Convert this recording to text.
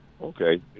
Okay